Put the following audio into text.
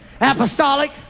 Apostolic